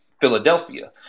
Philadelphia